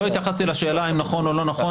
לא התייחסתי לשאלה האם נכון או לא נכון